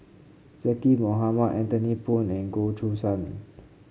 Zaqy Mohamad Anthony Poon and Goh Choo San